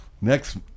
Next